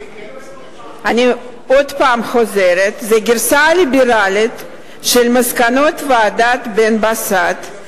אני עוד פעם חוזרת: זו גרסה ליברלית של מסקנות ועדת בן-בסט.